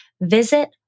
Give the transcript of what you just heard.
visit